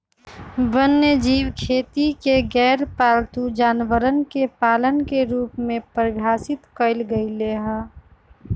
वन्यजीव खेती के गैरपालतू जानवरवन के पालन के रूप में परिभाषित कइल गैले है